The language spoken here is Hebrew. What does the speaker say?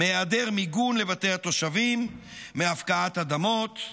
מהיעדר מיגון לבתי התושבים, מהפקעת אדמות,